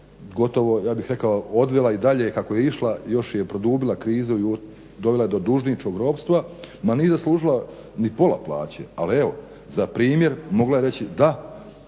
gotovo, ja bih rekao, odvela i dalje kako je išla, još je i produbila krizu i dovela do dužničkog ropstva ma nije zaslužila ni pola plaće. Ali evo, za primjer mogla je reći, da